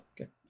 Okay